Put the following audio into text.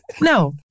No